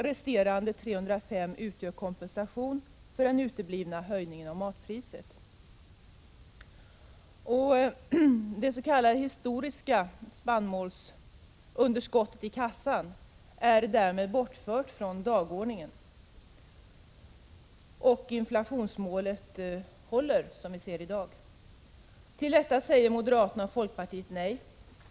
Resterande 305 miljoner utgör kompensation för den uteblivna höjningen av matpriset. Det s.k. historiska underskottet i spannmålskassan är därmed bortfört från dagordningen. Inflationsmålet håller, som det ser ut i dag. Till detta säger moderaterna och folkpartiet nej.